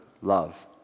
love